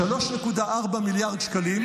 3.4 מיליארד שקלים.